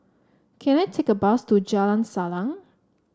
can I take a bus to Jalan Salang